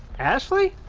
ashley.